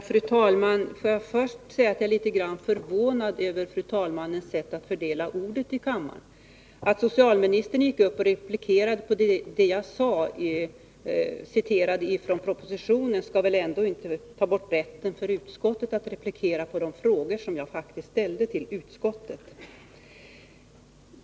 Fru talman! Får jag först säga att jag är litet förvånad över talmannens sätt att fördela ordet i kammaren. Det förhållandet att socialministern replikerade på det som jag citerade från propositionen skall väl inte ta bort rätten för utskottets talesman att replikera på de frågor som jag faktiskt ställde till utskottet?